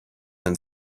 and